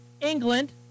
England